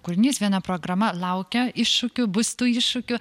kūrinys viena programa laukia iššūkių bus tų iššūkių